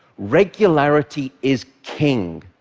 regularity is king,